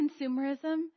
consumerism